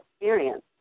experience